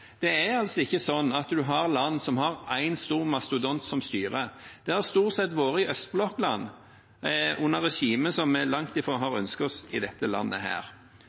Det er altså ikke slik at en har land som har én stor mastodont som styrer. Det har stort sett vært tilfellet i østblokkland, under regimer som vi langt ifra har ønsket oss i dette landet.